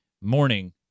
morning